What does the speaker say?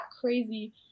crazy